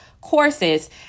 courses